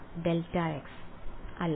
വിദ്യാർത്ഥി δ അല്ല